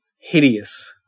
Hideous